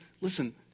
listen